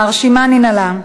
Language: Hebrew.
הרשימה ננעלה.